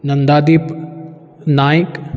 Nandadeep Naik